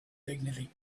dignity